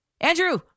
Andrew